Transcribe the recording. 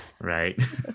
Right